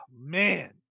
man